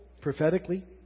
prophetically